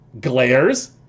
glares